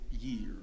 years